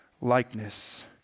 likeness